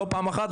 לא פעם אחת,